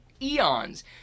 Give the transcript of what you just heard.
eons